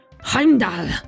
Heimdall